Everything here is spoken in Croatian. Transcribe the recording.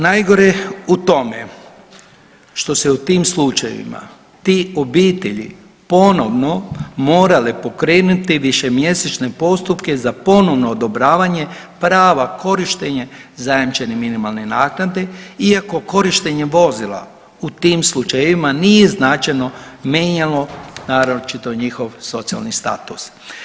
Najgore u tome što se u tim slučajevima te obitelji ponovno morale pokrenuti višemjesečne postupke za ponovno odobravanje prava korištenja zajamčene minimalne naknade, iako korištenje vozila u tim slučajevima nije značajno mijenjalo naročito njihov socijalni status.